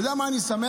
אתה יודע מה אני שמח?